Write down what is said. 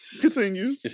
Continue